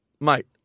mate